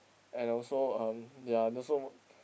and also um they are also